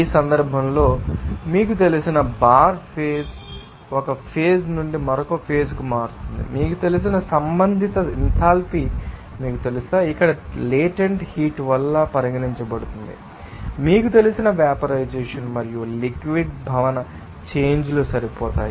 ఈ సందర్భంలో మీకు తెలిసిన బార్ ఫేజ్ ఒక ఫేజ్ నుండి మరొక ఫేజ్ కు మారుతుంది మీకు తెలిసిన సంబంధిత ఎంథాల్పీ మీకు తెలుసా ఇక్కడ లేటెంట్ హీట్ వలె పరిగణించబడుతుంది మీకు తెలిసిన వేపరైజెషన్ మరియు లిక్విడ్ ీభవన చేంజ్ లు సరిపోతాయి